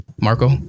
Marco